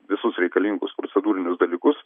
visus reikalingus procedūrinius dalykus